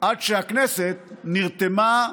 עד שהכנסת נרתמה,